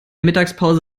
mittagspause